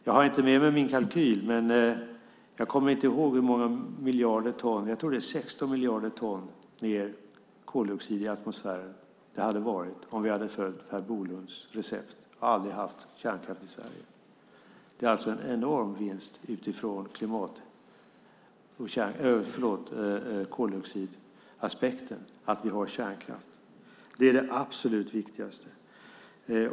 Jag har inte med mig min kalkyl, men jag tror att vi hade haft 16 miljarder ton mer koldioxid i atmosfären om vi hade följt Per Bolunds recept och aldrig haft kärnkraft i Sverige. Det är alltså en enorm vinst ur koldioxidaspekt att vi har kärnkraft. Det är det absolut viktigaste.